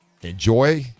Enjoy